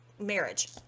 marriage